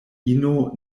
ino